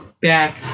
back